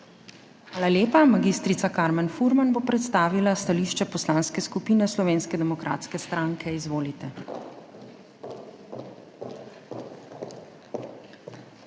Hvala lepa. Mag. Karmen Furman bo predstavila stališče Poslanske skupine Slovenske demokratske stranke. Izvolite. MAG.